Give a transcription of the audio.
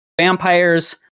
vampires